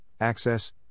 access